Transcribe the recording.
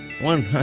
one